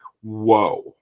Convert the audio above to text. whoa